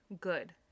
good